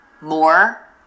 more